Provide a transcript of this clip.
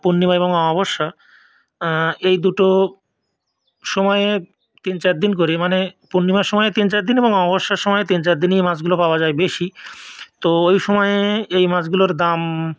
পূর্ণিমা এবং অমাবস্যা এই দুটো সময়ে তিন চার দিন করে মানে পূর্ণিমার সময়ে তিন চার দিন এবং অমাবস্যার সময়ে তিন চার দিন এই মাছগুলো পাওয়া যায় বেশি তো ওই সময়ে এই মাছগুলোর দাম